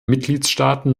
mitgliedstaaten